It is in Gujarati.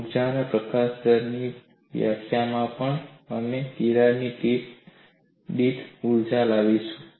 ઊર્જા પ્રકાશન દરની વ્યાખ્યામાં પણ અમે તિરાડ ટીપ દીઠ ઊર્જા લાવીશું